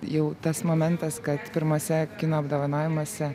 jau tas momentas kad pirmuose kino apdovanojimuose